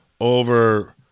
over